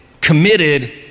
committed